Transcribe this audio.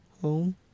home